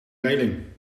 reling